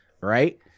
right